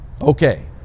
Okay